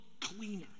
cleaner